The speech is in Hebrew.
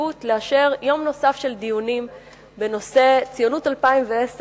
והנשיאות לאפשר יום נוסף של דיונים בנושא ציונות 2010,